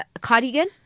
cardigan